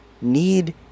need